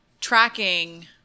tracking